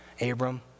Abram